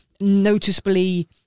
noticeably